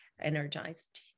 energized